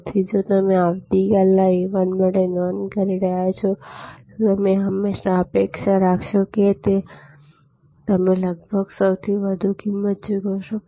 તેથી જો તમે આવતીકાલના વિમાન માટે નોંધ કરી રહ્યાં છો તો તમે હંમેશા અપેક્ષા રાખશો કે આ તમે લગભગ સૌથી વધુ કિંમત ચૂકવશો